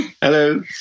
Hello